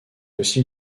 aussi